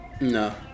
no